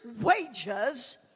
wages